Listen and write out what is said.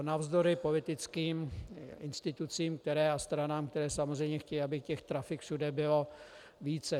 Navzdory politickým institucím a stranám, které samozřejmě chtějí, aby těch trafik všude bylo více.